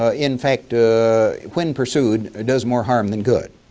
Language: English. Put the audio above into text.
ah in fact when pursued does more harm than good.